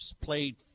played